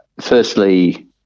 Firstly